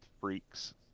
Freaks